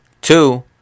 Two